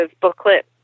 booklet